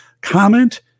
comment